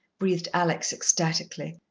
breathed alex ecstaticly.